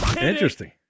Interesting